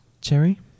Cherry